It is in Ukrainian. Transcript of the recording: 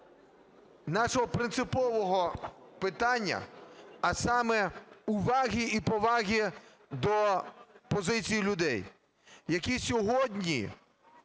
нашого принципового питання, а саме: уваги і поваги до позиції людей, які сьогодні